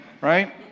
Right